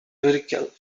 lyrical